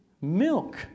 milk